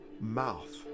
mouth